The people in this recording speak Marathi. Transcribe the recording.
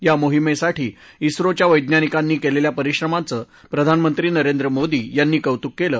या मोहिमेसाठी सिरोच्या वैज्ञानिकांनी केलेल्या परिश्रमांचं प्रधानमंत्री नरेंद्र मोदी यांनी कौतुक केलं